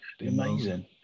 Amazing